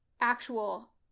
actual